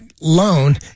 loan